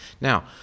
Now